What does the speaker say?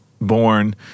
born